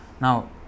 Now